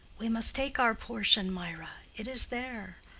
we must take our portion, mirah. it is there.